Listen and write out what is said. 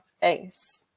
face